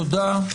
תודה.